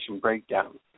breakdown